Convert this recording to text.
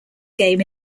game